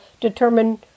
determine